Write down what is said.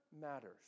matters